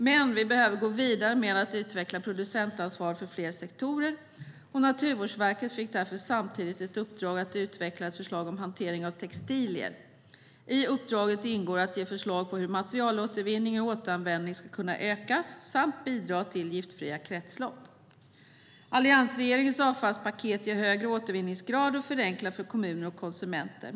Men vi behöver gå vidare med att utveckla producentansvar för fler sektorer. Naturvårdsverket fick därför samtidigt ett uppdrag att utveckla ett förslag om hantering av textilier. I uppdraget ingår att ge förslag på hur materialåtervinning och återanvändning ska kunna ökas samt bidra till giftfria kretslopp. Alliansregeringens avfallspaket ger högre återvinningsgrad och förenklar för kommuner och konsumenter.